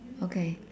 okay